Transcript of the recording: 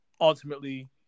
Ultimately